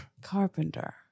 Carpenter